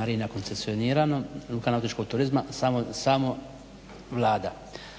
marina koncesionirano luka nautičkog turizma, samo Vlada,